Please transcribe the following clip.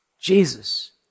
Jesus